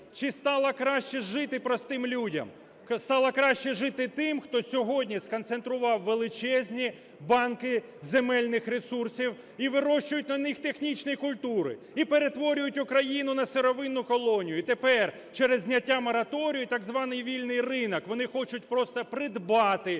чи стало краще жити простим людям? Краще стало жити тим, хто сьогодні сконцентрував величезні банки земельних ресурсів і вирощують на них технічні культури і перетворюють Україну на сировинну колонію. І тепер через зняття мораторію, так званий вільний ринок, вони хочуть просто придбати